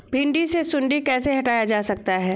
भिंडी से सुंडी कैसे हटाया जा सकता है?